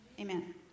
Amen